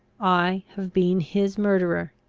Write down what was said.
i have been his murderer.